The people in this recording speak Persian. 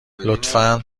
لطفا